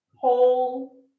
whole